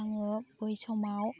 आङो बै समाव